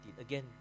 Again